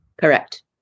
Correct